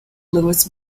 lewis